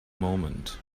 moment